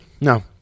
No